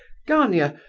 gania,